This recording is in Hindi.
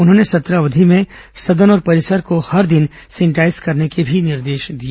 उन्होंने सत्र अवधि में सदन और परिसर को हर दिन सेनिटाईज करने के भी निर्देश दिए